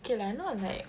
kay lah not like